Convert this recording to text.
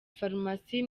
farumasi